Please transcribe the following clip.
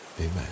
amen